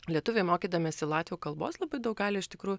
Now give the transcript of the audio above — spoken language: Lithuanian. lietuviai mokydamiesi latvių kalbos labai daug gali iš tikrųjų